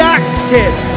active